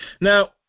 Now